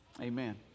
amen